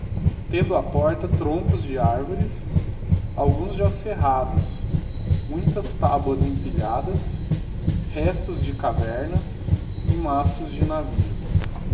tendo á porta troncos d'arvores alguns já cerrados muitas taboas empilhadas restos de cavernas e mastros de navio